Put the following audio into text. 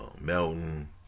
Melton